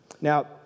Now